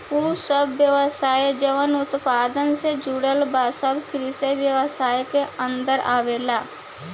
उ सब व्यवसाय जवन उत्पादन से जुड़ल बा सब कृषि व्यवसाय के अन्दर आवेलला